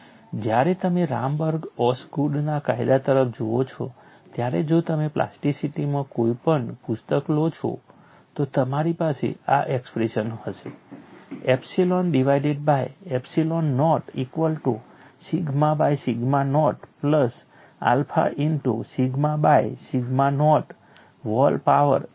જ્યારે તમે રામબર્ગ ઓસગુડના કાયદા તરફ જુઓ છો ત્યારે જો તમે પ્લાસ્ટિસિટીમાં કોઈ પણ પુસ્તક લો છો તો તમારી પાસે આ એક્સપ્રેશન હશે epsilon divided by epsilon nought equal to sigma by sigma nought plus alpha into sigma by sigma nought whole power n છે